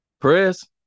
Press